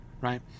right